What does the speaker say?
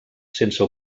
sense